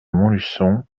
montluçon